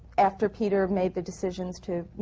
after peter made the decision to, you